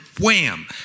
wham